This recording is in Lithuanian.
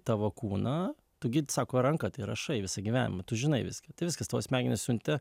tavo kūną tu gi sako ranka tai rašai visą gyvenimą tu žinai viską tai viskas tavo smegenys siuntė